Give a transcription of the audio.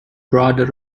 brother